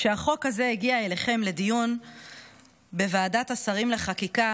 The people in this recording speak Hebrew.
כשהחוק הזה הגיע אליכם לדיון בוועדת השרים לחקיקה,